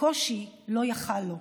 הקושי לא יכול לו.